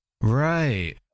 Right